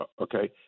Okay